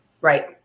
Right